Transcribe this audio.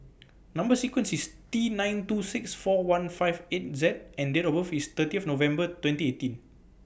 Number sequence IS T nine two six four one five eight Z and Date of birth IS thirtieth November twenty eighteen